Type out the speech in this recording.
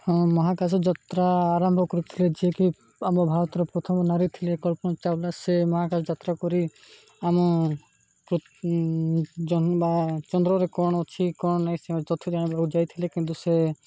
ହଁ ମହାକାଶ ଯାତ୍ରା ଆରମ୍ଭ କରିଥିଲେ ଯିଏକି ଆମ ଭାରତର ପ୍ରଥମ ନାରୀ ଥିଲେ କଳ୍ପନା ଚାୱଲା ସେ ମହାକାଶ ଯାତ୍ରା କରି ଆମ ପୃ ଜ ବା ଚନ୍ଦ୍ରରେ କ'ଣ ଅଛି କ'ଣ ନାହିଁ ସେ ତଥ୍ୟ ଜାଣିବାକୁ ଯାଇଥିଲେ କିନ୍ତୁ ସେ